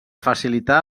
facilitar